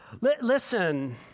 Listen